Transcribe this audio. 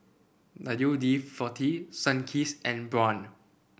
W D forty Sunkist and Braun